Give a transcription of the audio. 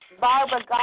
barbara